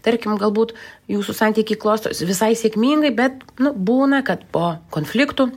tarkim galbūt jūsų santykiai klostosi visai sėkmingai bet būna kad po konfliktų